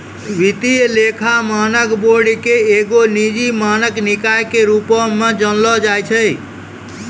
वित्तीय लेखा मानक बोर्ड के एगो निजी मानक निकाय के रुपो मे जानलो जाय छै